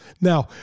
Now